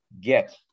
get